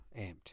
amped